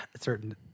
certain